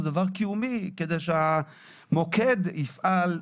זה דבר קיומי כדי שהמוקד יפעל.